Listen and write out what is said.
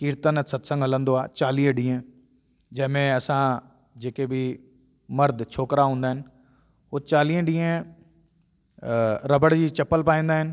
कीर्तन ऐं सत्संगु हलंदो आहे चालीह ॾींहं जंहिं में असां जेके बि मर्द छोकिरा हूंदा आहिनि उहे चालीह ॾींहं रबड़ जी चंपलु पाईंदा आहिनि